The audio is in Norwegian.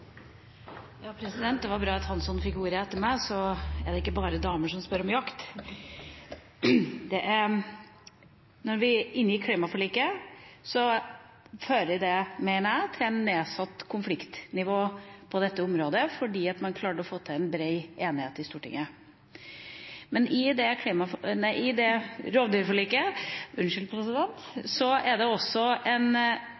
ordet etter meg, så det ikke bare er damer som spør om jakt. Når vi er inne i rovdyrforliket, fører det, mener jeg, til et nedsatt konfliktnivå på dette området, fordi man klarte å få til en bred enighet i Stortinget. Men i det rovdyrforliket er det også en stor utfordring å klare å utvikle kunnskap om jakt og jaktkultur i